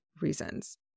reasons